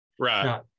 Right